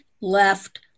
left